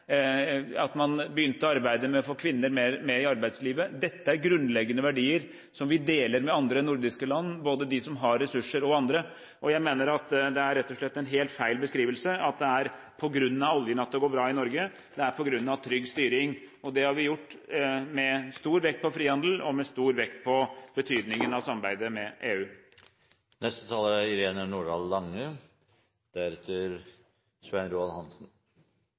at man begynte å arbeide med å få kvinner med i arbeidslivet. Dette er grunnleggende verdier som vi deler med andre nordiske land, både de som har ressurser, og andre. Jeg mener at det rett og slett er en helt feil beskrivelse at det er på grunn av oljen at det går bra i Norge. Det er på grunn av trygg styring. Og det har vi praktisert, med stor vekt på frihandel og med stor vekt på betydningen av samarbeidet med EU.